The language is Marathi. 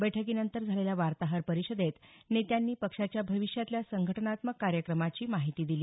बैठकीनंतर झालेल्या वार्ताहर परिषदेत नेत्यांनी पक्षाच्या भविष्यातल्या संघटनात्मक कार्यक्रमांची माहिती दिली